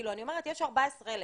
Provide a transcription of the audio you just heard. יש 14 אלף,